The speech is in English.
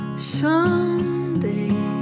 Someday